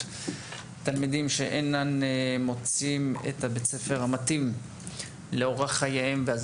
תלמידים שאינם מוצאים את בית הספר המתאים לאורח חייהם ואז